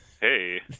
hey